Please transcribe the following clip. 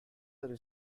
are